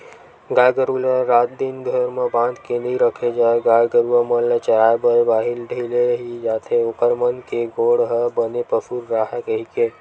गाय गरु ल रात दिन घर म बांध के नइ रखे जाय गाय गरुवा मन ल चराए बर बाहिर ढिले ही जाथे ओखर मन के गोड़ ह बने पसुल राहय कहिके